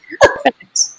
Perfect